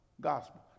gospel